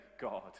God